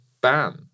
ban